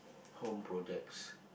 home projects